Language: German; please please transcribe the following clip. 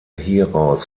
hieraus